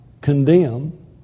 condemn